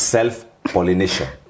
Self-pollination